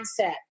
mindset